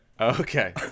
Okay